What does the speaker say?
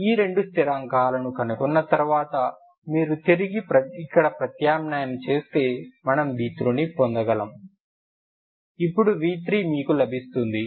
కాబట్టి ఈ రెండు స్థిరాంకాలను కనుగొన్న తర్వాత మీరు తిరిగి ఇక్కడ ప్రత్యామ్నాయం చేస్తే మనం v3ని పొందగలము అప్పుడు v3మీకు లభిస్తుంది